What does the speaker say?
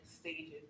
stages